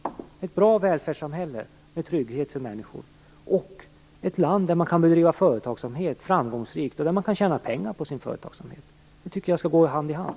Sverige skall vara ett bra välfärdssamhälle med trygghet för människor och ett land där man kan bedriva företagsamhet framgångsrikt och tjäna pengar på sin företagsamhet. Det tycker jag skall gå hand i hand.